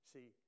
See